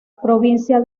provincia